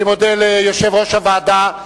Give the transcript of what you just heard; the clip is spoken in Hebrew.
אני מודה ליושב-ראש הוועדה.